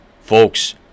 Folks